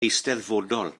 eisteddfodol